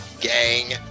gang